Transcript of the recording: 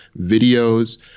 videos